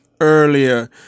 earlier